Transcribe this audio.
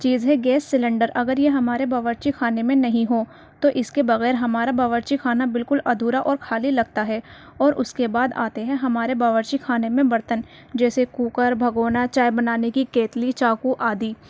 چیز ہے gas cylinder اگر یہ ہمارے باورچی خانے میں نہیں ہوں تو اس کے بغیر ہمارا باورچی خانہ بالکل ادھورا اور خالی لگتا ہے اور اس کے بعد آتے ہیں ہمارے باورچی خانے میں برتن جیسے کوکر بھگونا چائے بنانے کی کیتلی چاقو آدی